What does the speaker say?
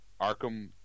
Arkham